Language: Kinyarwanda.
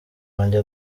wanjye